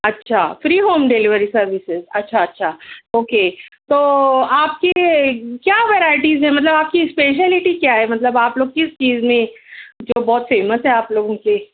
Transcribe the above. اچھا free home delivery services اچھا اچھا اوکے تو آپ کے کیا ورائٹیز ہیں مطلب آپ کی اسپیشلٹی کیا ہے مطلب آپ لوگ کس چیز میں جو بہت فیمس ہے آپ لوگوں کے